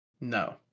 No